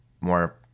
more